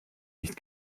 nicht